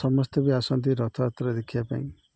ସମସ୍ତେ ବି ଆସନ୍ତି ରଥଯାତ୍ରା ଦେଖିବା ପାଇଁ